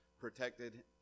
protected